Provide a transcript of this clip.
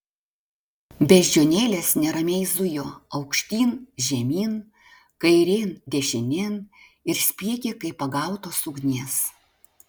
beždžionėlės neramiai zujo aukštyn žemyn kairėn dešinėn ir spiegė kaip pagautos ugnies